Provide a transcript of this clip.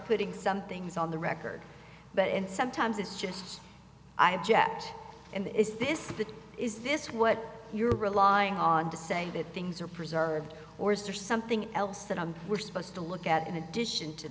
putting some things on the record but and sometimes it's just i object and is this is this what you're relying on to say that things are preserved or is there something else that i'm we're supposed to look at in addition to